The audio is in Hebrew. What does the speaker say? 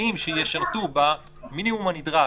תנאים שישרתו במינימום הנדרש,